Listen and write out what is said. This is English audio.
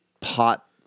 pot